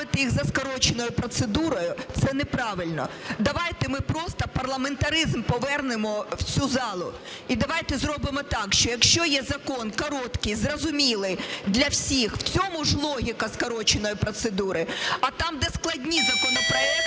І ставити їх за скороченою процедурою - це неправильно. Давайте ми просто парламентаризм повернемо в цю залу. І давайте зробимо так, що якщо є закон короткий, зрозумілий для всіх, в цьому ж логіка скороченої процедури, а там, де складні законопроекти,